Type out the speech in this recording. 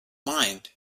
mind